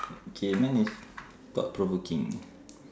okay mine is thought provoking